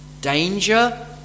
danger